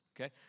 Okay